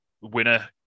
winner